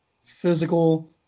physical